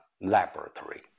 laboratory